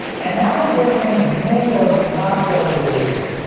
and now is where things may or may not get a little weird.